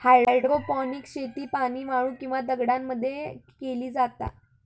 hydroponics शेती पाणी, वाळू किंवा दगडांमध्ये मध्ये केली जाता